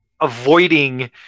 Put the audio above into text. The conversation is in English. avoiding